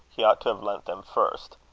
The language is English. he ought to have lent them first.